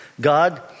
God